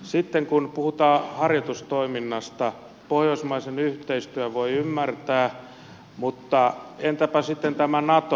sitten kun puhutaan harjoitustoiminnasta pohjoismaisen yhteistyön voi ymmärtää mutta entäpä sitten tämä nato